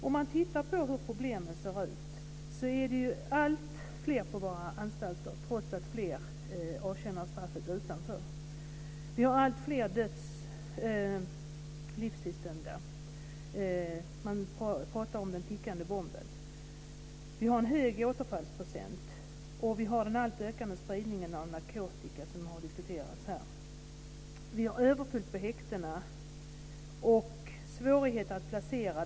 Om man tittar på hur problemen ser ut kan man se att det är alltfler på våra anstalter trots att fler avtjänar straffet utanför. Vi har alltfler livstidsdömda. Man pratar om den tickande bomben. Vi har en hög återfallsprocent. Dessutom har vi den alltmer ökande spridningen av narkotika som har diskuterats här. Vi har överfullt på häktena och svårigheter att placera.